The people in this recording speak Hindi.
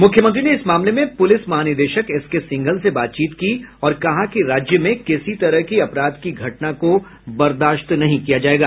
मुख्यमंत्री ने इस मामले में पुलिस महानिदेशक एसके सिंघल से बातचीत की और कहा कि राज्य में किसी तरह की अपराध की घटना को बर्दाश्त नहीं किया जायेगा